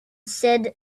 said